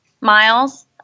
miles